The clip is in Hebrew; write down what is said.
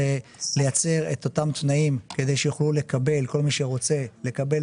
זה לייצר את אותם תנאים כדי שכל מי שרוצה יוכל,